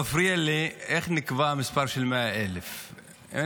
מפריע לי איך נקבע המספר 100,000. אני